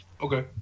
Okay